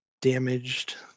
Damaged